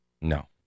No